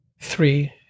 Three